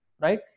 right